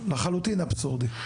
אבסורד, לחלוטין אבסורדי.